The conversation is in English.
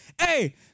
Hey